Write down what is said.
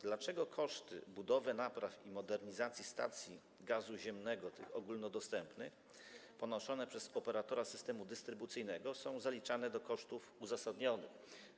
Dlaczego koszty budowy, napraw i modernizacji stacji gazu ziemnego, tych ogólnodostępnych, ponoszone przez operatora systemu dystrybucyjnego są zaliczane do kosztów uzasadnionych?